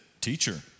teacher